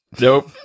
Nope